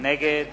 נגד